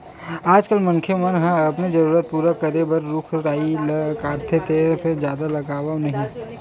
आजकाल मनखे मन ह अपने जरूरत पूरा करे बर रूख राई ल काटथे फेर जादा लगावय नहि